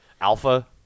alpha